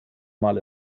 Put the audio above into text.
mal